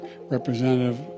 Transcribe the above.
Representative